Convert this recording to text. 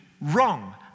wrong